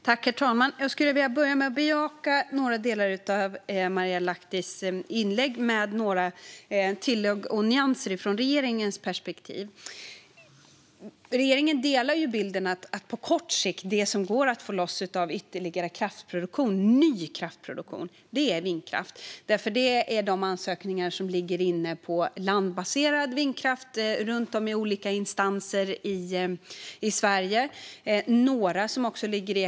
Herr talman! Jag skulle vilja börja med att bejaka några delar av Marielle Lahtis inlägg, med några tillägg och nyanser från regeringens perspektiv. Regeringen delar bilden att det som på kort sikt går att få loss av ytterligare ny kraftproduktion är vindkraft. Det finns ansökningar inne runt om i olika instanser i Sverige gällande landbaserad vindkraft.